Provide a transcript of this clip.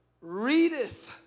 readeth